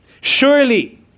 Surely